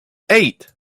eight